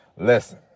listen